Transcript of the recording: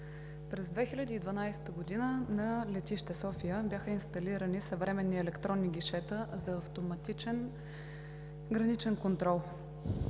през 2012 г. на летище София бяха инсталирани съвременни електронни гишета за автоматичен граничен контрол.